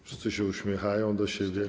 Wszyscy się uśmiechają do siebie.